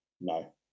No